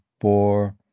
four